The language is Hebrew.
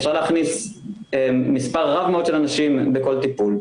אפשר להכניס מספר רב מאוד של אנשים בכל טיפול,